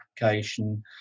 application